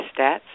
stats